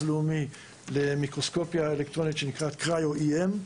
לאומי למיקרוסקופיה אלקטרונית שנקרא "CryoEM".